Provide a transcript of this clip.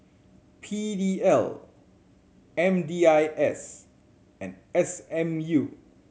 P D L M D I S and S M U